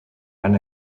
van